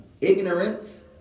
Ignorance